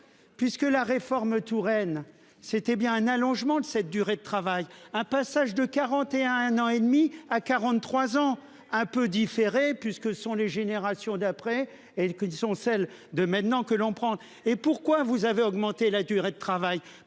Puisque la réforme Touraine c'était bien un allongement de cette durée de travail, un passage de 41 ans et demi à 43 ans un peu différée. Puisque ce sont les générations d'après et que, qui sont celles de maintenant que l'on prend. Et pourquoi vous avez augmenté la durée de travail